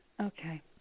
Okay